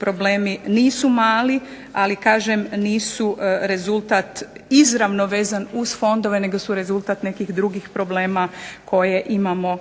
problemi nisu mali ali kažem nisu rezultat izravno vezan uz fondove nego su rezultat nekih drugih problema koje imamo